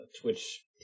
Twitch